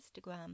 Instagram